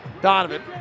Donovan